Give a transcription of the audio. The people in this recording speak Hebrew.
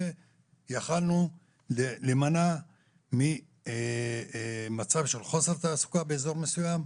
כשיכולנו להימנע ממצב של חוסר תעסוקה באזור מסוים,